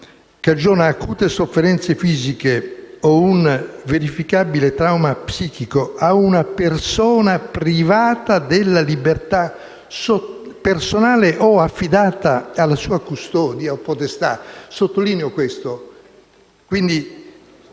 cagiona acute sofferenze fisiche o un verificabile trauma psichico a una persona privata della libertà personale o affidata alla sua custodia, potestà (...)». E lo sottolineo.